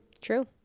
true